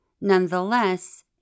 Nonetheless